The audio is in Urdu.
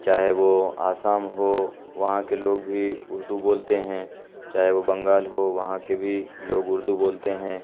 چاہے وہ آسام ہو وہاں کے لوگ بھی اردو بولتے ہیں چاہے وہ بنگال ہو وہاں کے بھی لوگ اردو بولتے ہیں